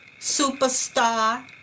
Superstar